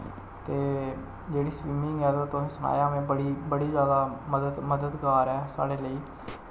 ते जेह्ड़ी स्विमिंग ऐ ते तुसेंगी सनाया में बड़ी बड़ी ज्यादा मदद मददगार ऐ साढ़े लेई